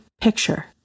picture